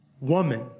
woman